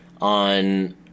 on